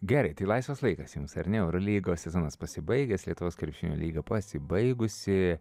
gerai tai laisvas laikas jums ar ne eurolygos sezonas pasibaigęs lietuvos krepšinio lyga pasibaigusi